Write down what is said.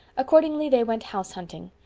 accordingly they went house-hunting,